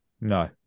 No